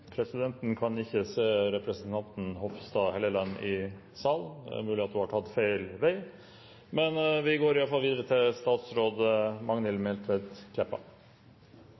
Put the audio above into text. i salen. Det er mulig at hun har tatt feil vei – vi går iallfall videre til statsråd Magnhild Meltveit Kleppa.